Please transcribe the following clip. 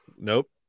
nope